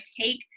take